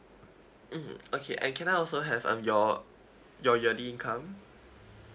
mm okay I can I also have um your your yearly income